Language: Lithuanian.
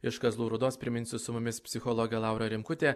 iš kazlų rūdos priminsiu su mumis psichologė laura rimkutė